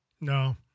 No